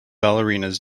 ballerinas